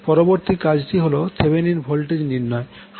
পরবর্তী কাজটি হল থেভেনিন ভোল্টেজ নির্ণয়